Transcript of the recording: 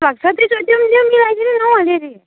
त्यसो भए त्यो त्यो मिलाइदिनु न हौ अलि अलि